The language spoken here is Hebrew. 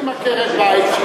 אם עקרת-בית,